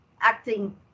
Acting